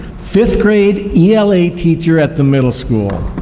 fifth grade ela teacher at the middle school.